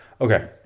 Okay